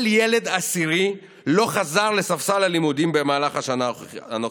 כל ילד עשירי לא חזר לספסל הלימודים במהלך השנה הנוכחית.